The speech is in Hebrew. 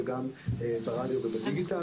וגם ברדיו ובדיגיטל.